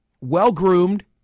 well-groomed